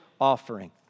offering